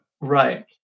Right